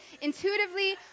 intuitively